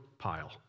pile